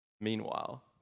Meanwhile